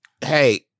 Hey